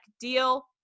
deal